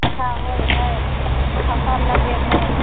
अच्छा होइ हय फसल लगेबै